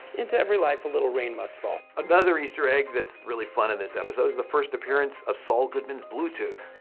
into every life, a little rain must fall. another easter egg that's really fun in this episode is the first appearance of saul goodman's bluetooth.